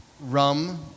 rum